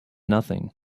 nothing